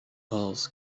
halls